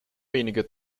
wenige